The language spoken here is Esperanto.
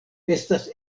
estas